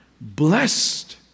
Blessed